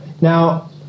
Now